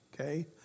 Okay